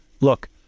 Look